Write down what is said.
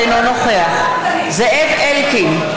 אינו נוכח זאב אלקין,